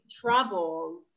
troubles